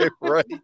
Right